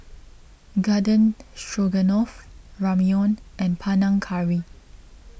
Garden Stroganoff Ramyeon and Panang Curry